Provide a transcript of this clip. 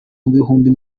bihumbi